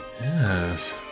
yes